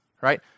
right